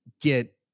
get